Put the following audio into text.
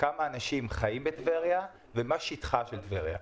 כמה אנשים חיים בטבריה ומה שטחה של טבריה?